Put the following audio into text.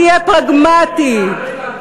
שתהיה פרגמטי.